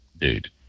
dude